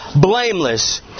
blameless